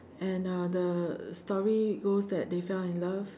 and uh the story goes that they fell in love